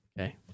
Okay